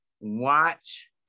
watch